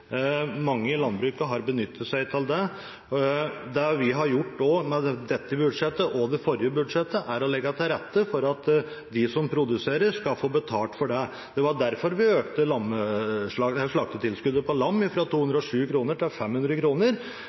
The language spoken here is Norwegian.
Mange i landbruket har benyttet seg av det. Det vi har gjort med dette budsjettet og det forrige budsjettet, er å legge til rette for at de som produserer, skal få betalt for det. Det var derfor vi økte slaktetilskuddet på lam fra 207 kr til 500